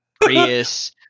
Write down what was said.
Prius